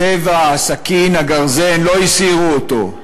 הצבע, הסכין, הגרזן, לא הסירו אותו,